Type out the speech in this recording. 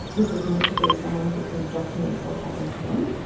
this is meant to be someone who can document what happened to them.